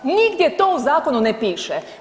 Nigdje to u zakonu ne piše.